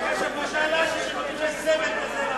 חבר הכנסת אלקין.